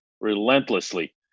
relentlessly